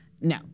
No